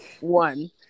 One